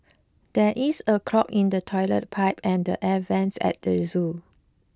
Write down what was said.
there is a clog in the toilet pipe and the air vents at the zoo